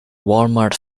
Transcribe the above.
walmart